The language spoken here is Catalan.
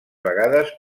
vegades